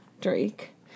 Drake